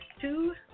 two